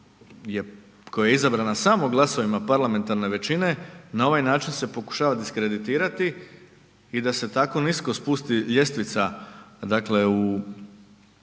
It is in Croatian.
koja je izabrana samo glasovima parlamentarne većine, na ovaj način se pokušava diskreditirati i da se tako nisko spusti ljestvica dakle u